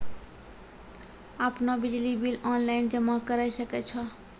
आपनौ बिजली bill online जमा करै सकै छौ?